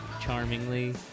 charmingly